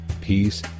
peace